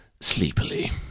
sleepily